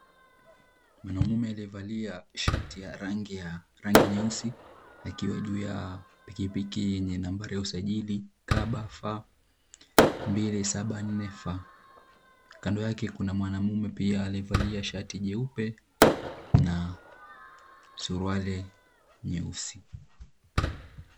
Mwanaume aliyevalia shati ya rangi nyeusi akiwa juu ya pikipiki yenye nambari ya usajili KBF 274F, kando yake kuna mwanaume pia aliyevalia shati jeupe na suruali nyeusi.